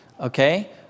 Okay